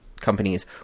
companies